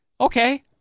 Okay